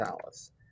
Dallas